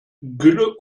gülle